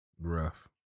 Rough